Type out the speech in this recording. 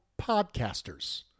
podcasters